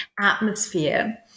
atmosphere